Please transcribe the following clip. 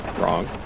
Wrong